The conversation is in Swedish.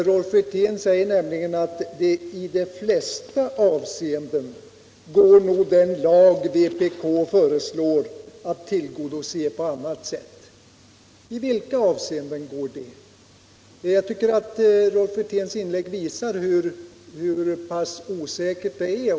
Rolf Wirtén säger att det i de flesta avseenden nog går att tillgodose dessa intressen på annat sätt än genom den lag vpk föreslår. I vilka avseenden går det? Jag tycker att Rolf Wirténs inlägg visar hur pass osäkert det är.